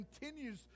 continues